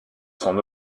son